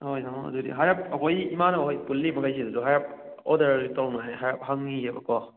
ꯍꯣꯏ ꯇꯥꯃꯣ ꯑꯗꯨꯗꯤ ꯍꯥꯏꯔꯞ ꯑꯩꯈꯣꯏ ꯏꯃꯥꯟꯅꯕ ꯃꯈꯩ ꯄꯨꯜꯂꯤꯃꯈꯩꯁꯤꯗꯁꯨ ꯍꯥꯏꯔꯞ ꯑꯣꯔꯗꯔꯁꯤ ꯇꯧꯅꯤꯉꯥꯏ ꯍꯥꯏꯔꯞ ꯍꯪꯈꯤꯒꯦꯕꯀꯣ